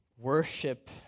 worship